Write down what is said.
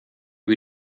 wie